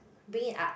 bring it up